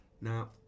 now